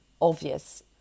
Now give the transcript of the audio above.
obvious